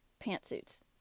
Pantsuits